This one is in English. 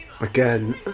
again